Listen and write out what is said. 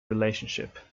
relationship